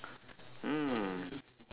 mm